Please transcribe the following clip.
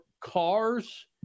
cars